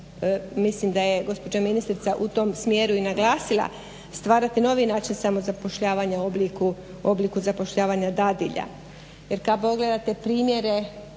mislim da je gospođa ministrica u tom smjeru i naglasila, stvarate novi način zapošljavanja u obliku zapošljavanja dadilja jer kad pogledate primjere